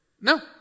No